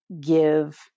give